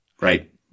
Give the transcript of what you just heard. right